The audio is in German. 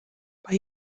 bei